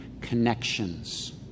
connections